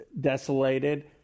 desolated